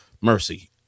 mercy